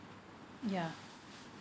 yeah